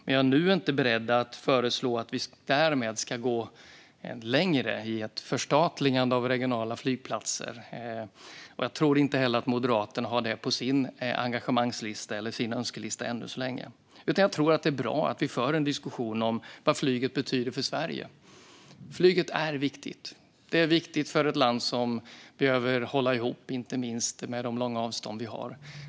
Men jag är nu inte beredd att föreslå att vi därmed ska gå längre i ett förstatligande av regionala flygplatser. Jag tror inte heller att Moderaterna har det på sin önskelista än så länge. Jag tror att det är bra att vi för en diskussion om vad flyget betyder för Sverige. Flyget är viktigt. Det är viktigt för ett land som behöver hålla ihop, inte minst med tanke på de långa avstånd som vi har.